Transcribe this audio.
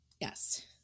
Yes